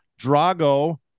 Drago